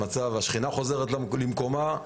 השכנה חוזרת למקומה,